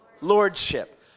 lordship